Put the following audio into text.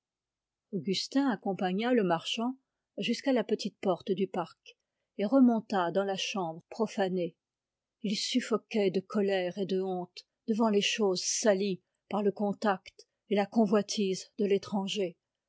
augustin accompagna le marchant jusqu'à la petite porte du parc et remonta dans la chambre profanée il suffoquait de colère et de honte devant les choses salies par le contact et la convoitise de l'étranger